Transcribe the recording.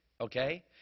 okay